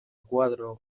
koadro